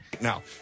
Now